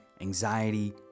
anxiety